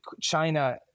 China